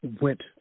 went